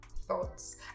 thoughts